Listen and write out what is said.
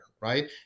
right